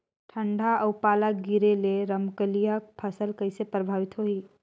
ठंडा अउ पाला गिरे ले रमकलिया फसल कइसे प्रभावित होही?